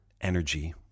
energy